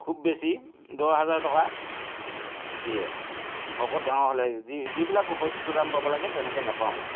খুব বেছি দহ হাজাৰ টকা দিয়ে শকত ডাঙৰ হ'লে যি যিবিলাক বস্তুৰ দাম পাব লাগে তেনেকৈ নেপাওঁ